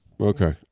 Okay